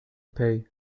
pay